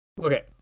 Okay